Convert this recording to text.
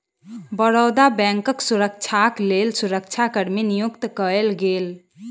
बड़ौदा बैंकक सुरक्षाक लेल सुरक्षा कर्मी नियुक्त कएल गेल